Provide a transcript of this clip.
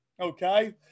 Okay